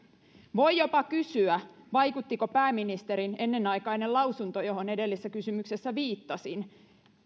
voi jopa kysyä vaikuttiko pääministerin ennenaikainen lausunto johon edellisessä kysymyksessä viittasin